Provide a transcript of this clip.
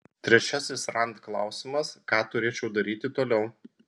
trečiasis rand klausimas ką turėčiau daryti toliau